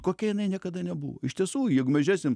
kokia jinai niekada nebuvo iš tiesų jeigu mes žiūrėsim